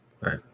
right